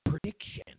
prediction